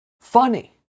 funny